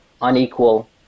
unequal